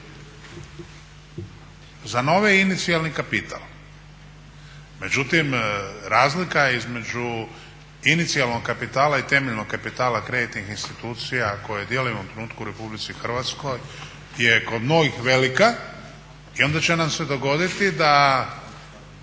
Za nove inicijalni kapital, međutim razlika je između inicijalnog kapitala i temeljnog kapitala kreditnih institucija koje dijelimo u ovom trenutku u Republici Hrvatskoj je kod … velika. I onda će nama se dogoditi da